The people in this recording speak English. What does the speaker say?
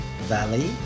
valley